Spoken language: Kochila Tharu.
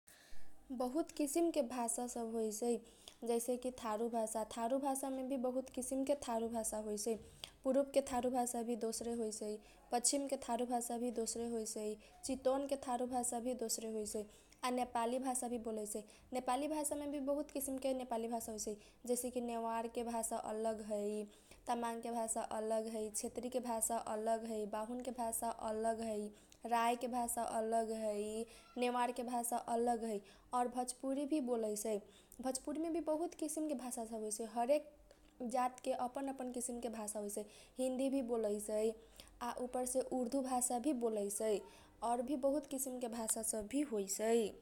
बहुत किसिमके भाषा सब होइसै जैसेकी थारु भाषा थारु भाषा मेभी बहुत किसिमके थारु भाषा होइसै पुरुबके भी थारु भाषा दोसरे हौसै पक्षीमके भि थारु भाषा दोसरे हौसै चितवनके भी थारु भाषा दोसरे हौसै आ नेपाली भाषाभी बोलैसै नेपाली मेभी बहुत किसिमके नेपाली भाषा हौसै जैसेकी नेवारके भाषा अलग है, तामाङके भाषा अलग है, छेत्रीके भाषा अलग है, बाहुनके भाषा अलग है, राइके भाषा अलग है, नेवारके भाषा अलग है और भोजपुरी भी बोलैसै भोजपुरी मेभी बहुत किसिमके भाषा सब होइसै हरेक जातके अपन अपन किसिम के भाषा हौसै हिन्दी भी बोलैसै आ उपरसे उर्दु भाषाभी बोलैसै और भी बहुत किसिमके भाषा सब भी हौसै।